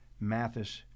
Mathis